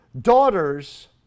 Daughters